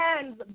hands